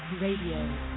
Radio